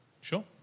Sure